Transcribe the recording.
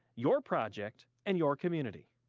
your project and your community.